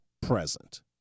present